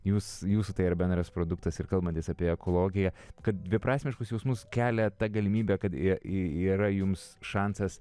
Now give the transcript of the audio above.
jūs jūsų tai yra bendras produktas ir kalbantis apie ekologiją kad dviprasmiškus jausmus kelia ta galimybė kad jie yra jums šansas